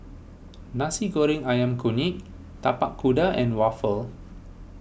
Nasi Goreng Ayam Kunyit Tapak Kuda and Waffle